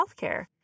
Healthcare